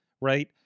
Right